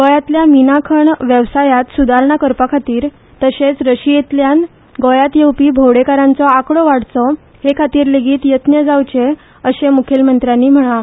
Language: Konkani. गोंयांतल्या मीना खण वेवसायांत सुदारणा करपा खातीर तशेंच रशियेंतल्यान गोंयांत येवपी भोंवडेकाराचो आंकडो वाडचो हे खातीर लेगीत यत्न जावचे अशें मुखेलमंत्र्यांनी म्हणलां